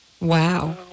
Wow